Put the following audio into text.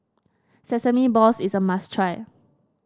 Sesame Balls is a must try